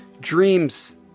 dreams